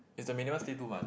is the minimum stay two month